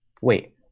Wait